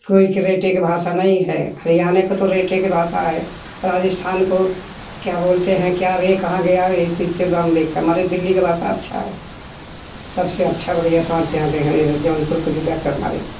कोई करेटिक भाषा नहीं हैं हरियाने को तो रेटे की भाषा हैं राजस्थान को क्या बोलतें हैं क्या रे कहाँ गया ऐसे ऐसे बॉम्बे हमरे दिल्ली के भाषा अच्छा हैं सबसे अच्छा बलिया संत्याते हैं जौनपुर की ज़िला के हमरें